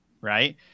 right